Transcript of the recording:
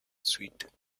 sweet